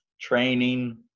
training